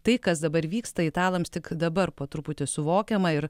tai kas dabar vyksta italams tik dabar po truputį suvokiama ir